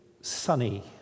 sunny